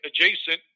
adjacent